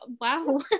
wow